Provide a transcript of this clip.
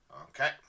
Okay